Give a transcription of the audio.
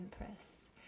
Empress